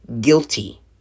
guilty